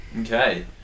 Okay